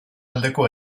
aldeko